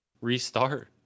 restart